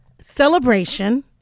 celebration